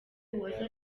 uwase